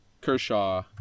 Kershaw